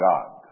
God